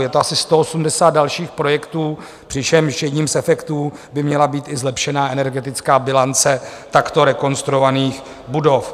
Je tu asi 180 dalších projektů, přičemž jedním z efektů by měla být i zlepšená energetická bilance takto rekonstruovaných budov.